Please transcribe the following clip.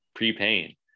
prepaying